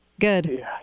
Good